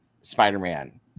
Spider-Man